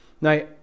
Now